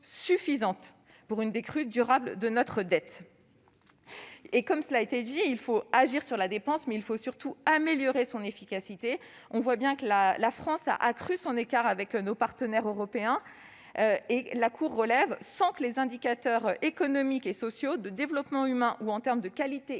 suffisante pour une décrue durable de notre dette. Comme cela a été dit, il faut agir sur la dépense et surtout améliorer son efficacité. La France a creusé son écart avec ses partenaires européens « sans que les indicateurs économiques, sociaux, de développement humain ou en termes de qualité